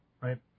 right